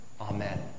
Amen